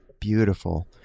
beautiful